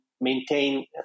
maintain